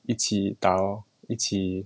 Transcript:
一起打咯一起:yi qi da geo yi qi